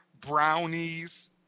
brownies